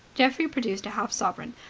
geoffrey produced a half-sovereign.